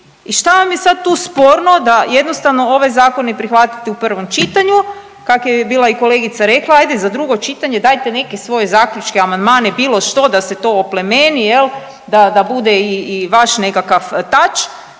i šta vam je sad tu sporno da jednostavno ovaj zakon ne prihvatite u prvom čitanju? Kak je i bila i kolegica rekla, ajde za drugo čitanje dajte neke svoje zaključke, amandmane bilo što da se to oplemeni jel da bude i vaš nekakav touch